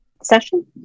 session